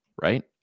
Right